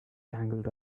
tangled